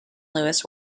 lewis